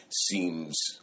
seems